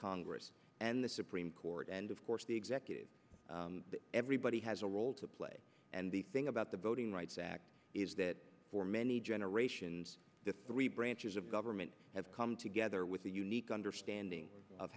congress and the supreme court and of course the executive everybody has a role to play and the thing about the voting rights act is that for many generations the three branches of government have come together with a unique understanding of